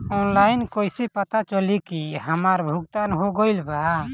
Online कईसे पता चली की हमार भुगतान हो गईल बा?